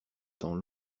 temps